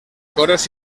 coros